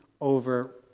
over